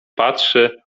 patrzy